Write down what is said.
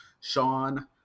Sean